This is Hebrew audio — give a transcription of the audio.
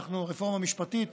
ואנחנו ברפורמה משפטית,